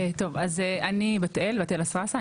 אני בת אל אסרסה,